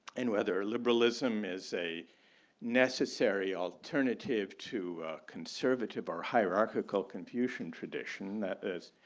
and whether liberalism is a necessary alternative to conservative our hierarchical confucian tradition that is,